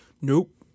nope